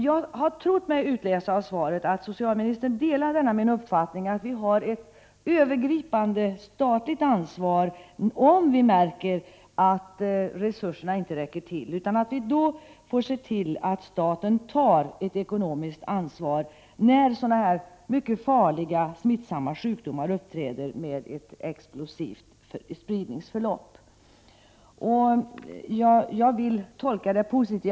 Jag har trott mig utläsa av svaret att socialministern delar min uppfattning att om resurserna inte räcker till har vi ett övergripande statligt ansvar. Vi får se till att staten tar ett ekonomiskt ansvar när mycket farliga smittsamma sjukdomar uppträder med ett explosivt spridningsförlopp. Jag vill tolka statsrådets svar positivt.